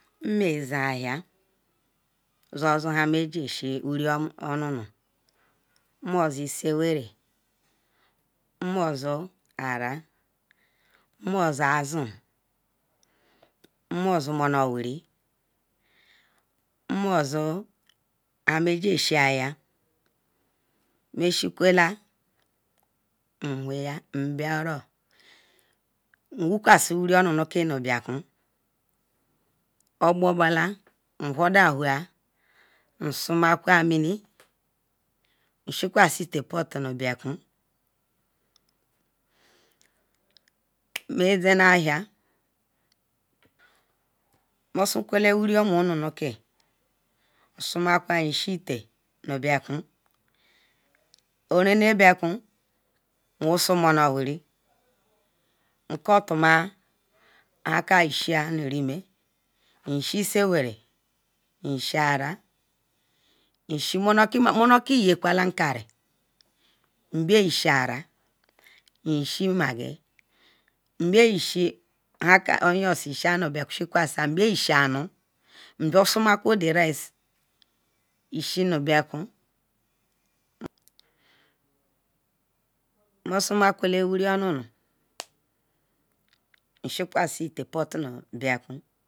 Zen ahia nmosuisawari nmozu aral oshiwiri onu nu mmon zan azuu mmon zun monowiri mmonozo nhan magishal mashi fawe la mhoyal mwokpo asi wiri onu nu ru bakun obo bala nwhor dawa nsummer mini nshikwasi itanu gbakun mezen ahere omosokwele mshita na shi ital nu bekun oren bakun nwosi mono wiri mcultuma han kan yishi isen wari nshi aru monoki yekwata nkari mbayishi aral nyesh imaggi mbia ishi onions ishi anumbia summakwa the rice ishi nu bakun mo summa kwele wiri on mbia shikwa sikwon si ital pot nu bateun